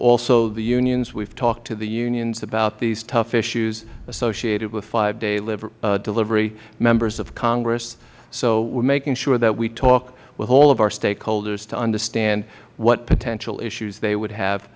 also the unions we have talked to the unions about these tough issues associated with five day delivery members of congress so we are making sure that we talk with all of our stakeholders to understand what potential issues they would have